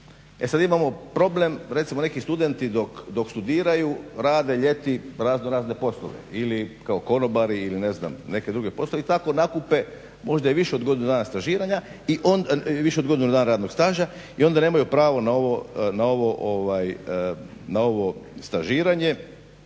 sada imamo problem recimo neki studenti dok studiraju rade ljeti razno razne poslove ili kao konobari ili neke druge poslove i tako nakupe možda i više od godina radnog staža i onda nemaju pravo na ovo stažiranje,